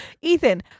Ethan